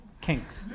kinks